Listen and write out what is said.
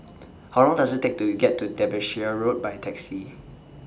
How Long Does IT Take to get to Derbyshire Road By Taxi